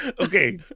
okay